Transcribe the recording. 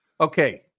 Okay